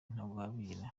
ntagwabira